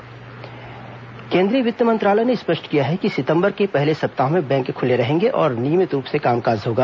वित्त मंत्रालय बैंक केंद्रीय वित्त मंत्रालय ने स्पष्ट किया है कि सितम्बर के पहले सप्ताह में बैंक खुले रहेंगे और नियमित रूप से कामकाज होगा